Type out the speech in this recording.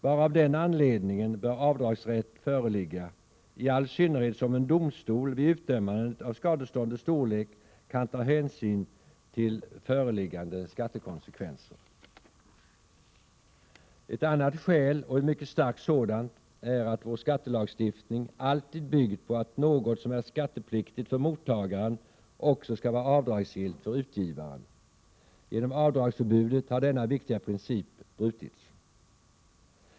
Bara av den anledningen bör avdragsrätt föreligga, i all synnerhet som en domstol vid bestämmande av skadeståndets storlek kan ta hänsyn till föreliggande skattekonsekvenser. Ett annat skäl, och ett mycket starkt sådant, är att vår skattelagstiftning alltid byggt på att något som är skattepliktigt för mottagaren också skall vara avdragsgillt för utgivaren. Genom avdragsförbudet har denna viktiga princip frångåtts.